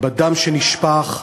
בדם שנשפך,